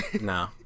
No